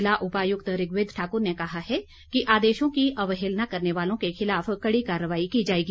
ज़िला उपायुक्त ऋग्वेद ठाकुर ने कहा है कि आदेशों की अवेहलना करने वालों के खिलाफ कड़ी कार्रवाई की जाएगी